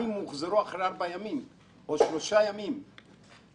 אם נוחי דנקנר מתקשר, אומרים לו: